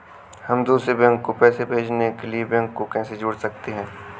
हम दूसरे बैंक को पैसे भेजने के लिए बैंक को कैसे जोड़ सकते हैं?